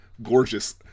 gorgeous